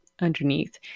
underneath